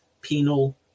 Penal